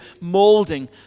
molding